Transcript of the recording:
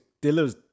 Diller's